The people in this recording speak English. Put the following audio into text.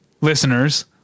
listeners